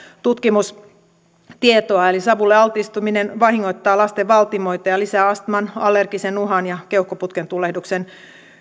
tutkimustietoa eli savulle altistuminen vahingoittaa lasten valtimoita ja lisää astman allergisen nuhan ja keuhkoputkentulehduksen